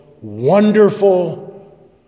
wonderful